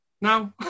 now